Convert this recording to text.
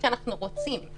שאנחנו רוצים.